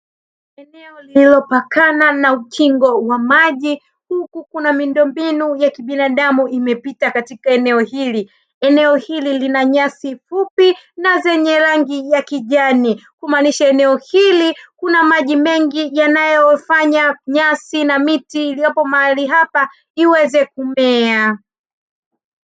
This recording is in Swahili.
Eneo lililopakana na ukingo wa maji, huku kuna miundombinu ya kibinadamu imepita katika eneo hili. Eneo hili lina nyasi fupi na rangi ya kijani, kumaanisha eneo hili kuna maji mengi yanayofanya nyasi na miti iliyopo mahali hapa iweze kumea.